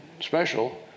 special